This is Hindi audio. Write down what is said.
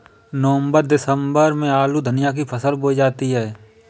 नवम्बर दिसम्बर में आलू धनिया की फसल बोई जाती है?